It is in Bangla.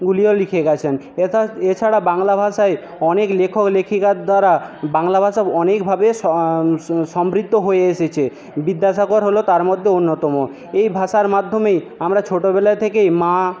গুলিও লিখে গেছেন এথাত এছাড়াও বাংলা ভাষায় অনেক লেখক লেখিকার দ্বারা বাংলা ভাষা অনেকভাবে সমৃদ্ধ হয়ে এসেছে বিদ্যাসাগর হল তার মধ্যে অন্যতম এই ভাষার মাধ্যমেই আমরা ছোটোবেলা থেকেই মা